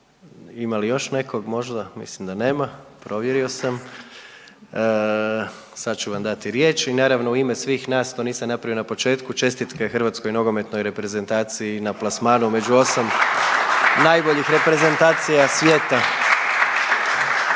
ima li još neko možda, mislim da nema, provjerio sam. Sad ću vam dati riječ i naravno u ime svih nas, to niasm napravio na početku, čestitke Hrvatskoj nogometnoj reprezentaciji na plasmanu među 8 najboljih reprezentacija